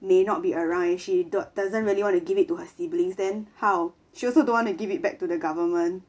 may not be around and she do~ doesn't really want to give it to her siblings then how she also don't want to give it back to the government